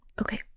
okay